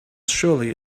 surely